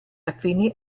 affini